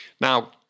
Now